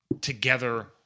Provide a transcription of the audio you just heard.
together